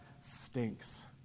stinks